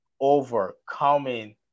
Overcoming